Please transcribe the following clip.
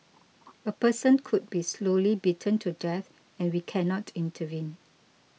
a person could be slowly beaten to death and we cannot intervene